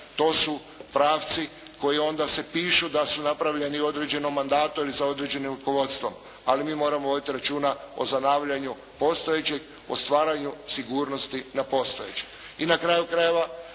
to su pravci koja onda se pišu da su napravljeni u određenom mandatu ili za određenim rukovodstvom, ali mi moramo voditi računa o zanavljanju postojećeg, o stvaranju sigurnosti nepostojećih. I na kraju krajeva,